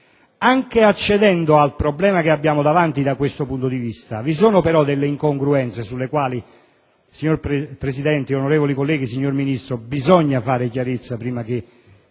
Anche accedendo al problema che abbiamo davanti tuttavia, da questo punto di vista vi sono però delle incongruenze sulle quali, signor Presidente, onorevoli colleghi e signor Ministro, bisogna fare chiarezza prima che